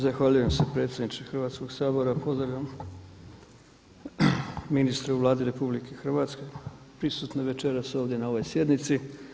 Zahvaljujem se predsjedniče Hrvatskoga sabora, pozdravljam ministra u Vladi RH, prisutne večeras na ovdje na ovoj sjednici.